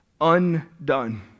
undone